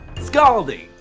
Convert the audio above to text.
scalding.